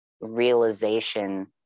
realization